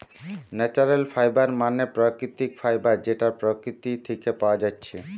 natural fibre মানে প্রাকৃতিক fibre যেটা প্রকৃতি থিকে পায়া যাচ্ছে